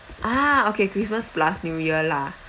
ah okay christmas plus new year lah